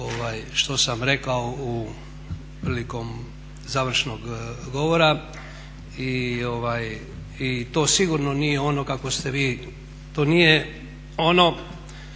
što sam rekao prilikom završnog govora i to sigurno nije ono kako ste vi, to nije ono